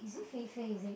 is it Fei-Fei is it